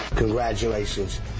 Congratulations